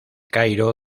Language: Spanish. cairo